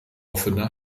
offene